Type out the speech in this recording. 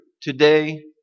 today